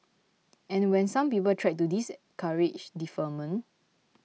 and when some people tried to discourage deferment